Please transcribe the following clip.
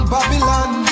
Babylon